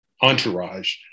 entourage